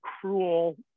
cruel